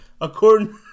According